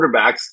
quarterbacks